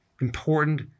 important